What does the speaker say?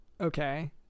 Okay